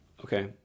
okay